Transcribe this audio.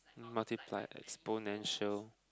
multiply exploration